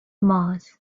mars